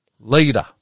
leader